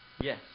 Yes